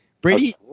Brady